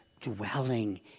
dwelling